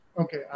Okay